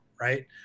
right